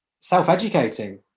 self-educating